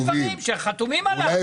יש דברים שחתומים עליהם.